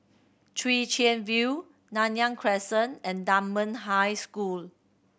Chwee Chian View Nanyang Crescent and Dunman High School